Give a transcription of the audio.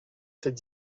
cette